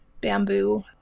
bamboo